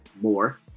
more